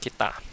kita